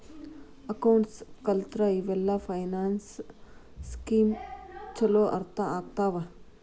accounts ಕಲತ್ರ ಇವೆಲ್ಲ finance scheme ಚೊಲೋ ಅರ್ಥ ಆಗ್ತವಾ